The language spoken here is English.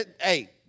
hey